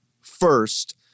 first